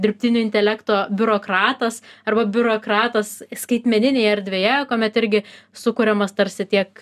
dirbtinio intelekto biurokratas arba biurokratas skaitmeninėj erdvėje kuomet irgi sukuriamas tarsi tiek